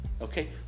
okay